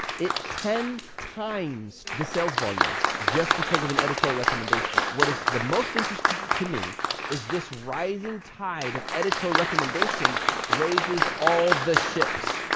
it ten times the sales volume just because of an editorial recommendation. what is the most interesting to me is this rising tide of editor recommendation raises all the ships,